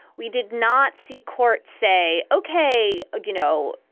we did not see courts say, okay, ah you know,